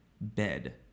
bed